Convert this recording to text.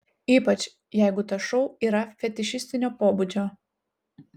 ypač jeigu tas šou yra fetišistinio pobūdžio